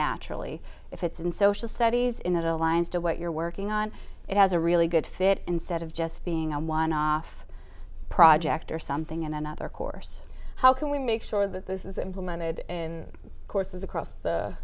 naturally if it's in social studies in that alliance to what you're working on it has a really good fit instead of just being a one off project or something and another course how can we make sure that this is implemented in courses across the